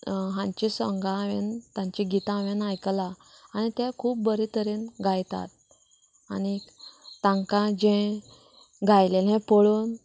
हांची सोंगा हांवेन तांची गितां हांवेन आयकलां आनी ते खूब बरें तरेन गायतात आनी तांकां जें गायलेलें पळोवन